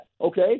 Okay